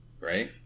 Right